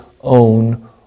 own